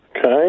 Okay